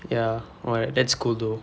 ya well that's cool though